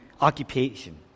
occupation